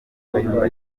kayumba